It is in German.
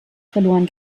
verloren